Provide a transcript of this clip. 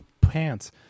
pants